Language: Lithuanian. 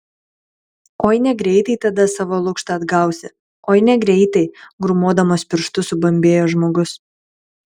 oi negreitai tada savo lukštą atgausi oi negreitai grūmodamas pirštu subambėjo žmogus